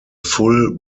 full